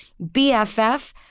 BFF